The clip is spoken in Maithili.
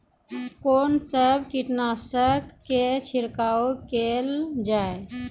कून सब कीटनासक के छिड़काव केल जाय?